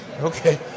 Okay